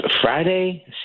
Friday